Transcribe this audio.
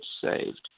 saved